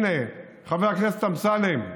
הינה, חבר הכנסת אמסלם.